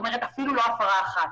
אפילו לא הפרה אחת.